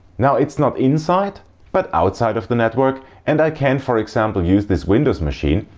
now it's not inside but outside of the network and i can for example use this windows machine,